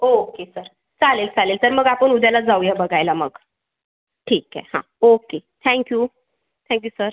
okay sir चालेल चालेल तर मग आपण उद्यालाच जाऊ या बघायला मग ठीक आहे हां ओके थॅंक्यू थॅंक्यू सर